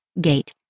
gate